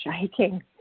shaking